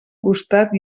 costat